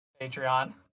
Patreon